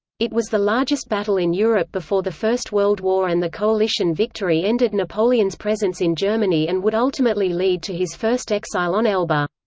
it was the largest battle in europe before the first world war and the coalition victory ended napoleon's presence in germany and would ultimately lead to his first exile on elba.